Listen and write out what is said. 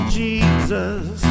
jesus